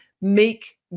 make